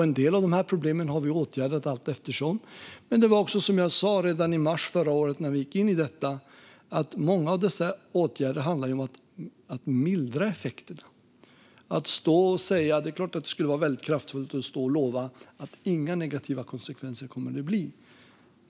En del av problemen har vi åtgärdat allteftersom, men många av dessa åtgärder handlar om att mildra effekterna, något som jag sa redan i mars förra året när vi gick in i detta. Det är klart att det skulle vara väldigt kraftfullt att stå och lova att det inte kommer att bli några negativa konsekvenser.